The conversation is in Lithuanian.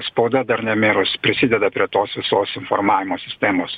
spauda dar nemirus prisideda prie tos visos informavimo sistemos